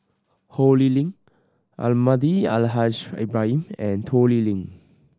Ho Lee Ling Almahdi Al Haj Ibrahim and Toh Liying